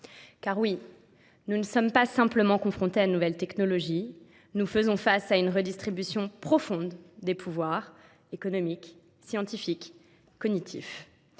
Car oui, nous ne sommes pas simplement confrontés à une nouvelle technologie, nous faisons face à une redistribution profonde des pouvoirs économiques, scientifiques, cognitifs.